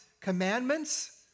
commandments